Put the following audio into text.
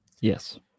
Yes